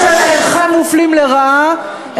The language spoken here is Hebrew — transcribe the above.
אתם אינכם מופלים לרעה,